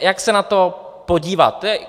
Jak se na to podívat?